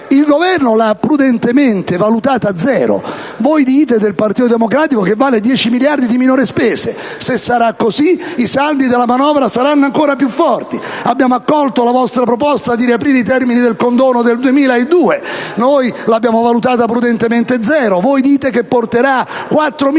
è stata prudentemente valutata dal Governo zero; voi del Partito Democratico dite che vale 10 miliardi di euro di minori spese. Se sarà così i saldi della manovra saranno ancora più forti. Abbiamo accolto la vostra proposta di riaprire i termini di condono del 2002. Noi l'abbiamo valutata prudentemente zero, voi dite che porterà quattro miliardi di euro.